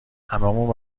هممون